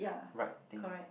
right thing